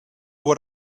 what